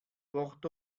port